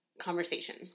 conversation